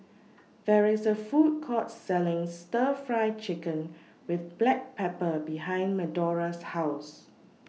There IS A Food Court Selling Stir Fry Chicken with Black Pepper behind Medora's House